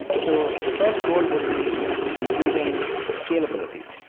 so the first goal and would be improving scalability.